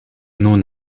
nun